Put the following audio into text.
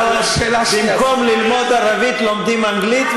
במקום ללמוד ערבית לומדים אנגלית,